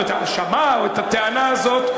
את ההאשמה או את הטענה הזאת,